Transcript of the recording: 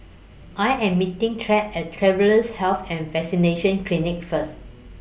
I Am meeting Trae At Travellers' Health and Vaccination Clinic First